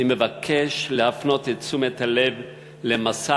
אני מבקש להפנות את תשומת הלב למסע